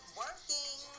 working